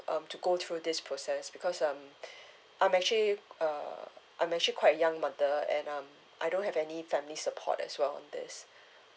um to go through this process because um I'm actually uh I'm actually quite young mother and um I don't have any family support as well on this